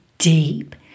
deep